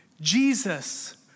Jesus